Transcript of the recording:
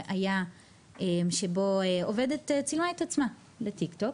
שבו עובדת צילמה את עצמה לטיקטוק,